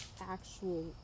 actual